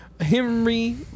Henry